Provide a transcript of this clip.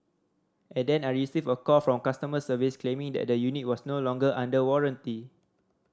and then I received a call from customer service claiming that the unit was no longer under warranty